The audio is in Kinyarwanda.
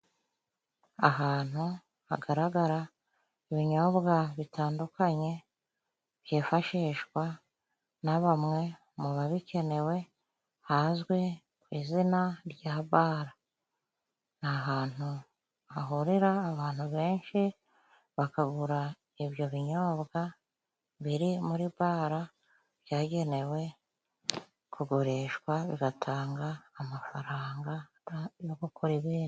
Ahantu hagaragara ibinyobwa bitandukanye, byifashishwa na bamwe mu babikenewe. Hazwi ku izina rya bare. Ni ahantu hahurira abantu benshi, bakagura ibyo binyobwa biri muri bare, byagenewe kugurishwa bigatanga amafaranga yo gukora ibindi.